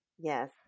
yes